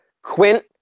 Quint